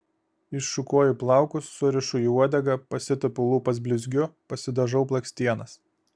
iššukuoju plaukus surišu į uodegą pasitepu lūpas blizgiu pasidažau blakstienas